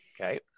Okay